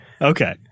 Okay